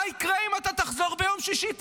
מה יקרה אם תחזור ביום שישי?